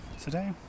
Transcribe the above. today